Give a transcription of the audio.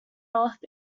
off